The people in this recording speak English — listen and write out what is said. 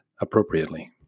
appropriately